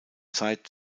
zeit